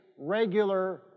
regular